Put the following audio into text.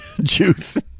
juice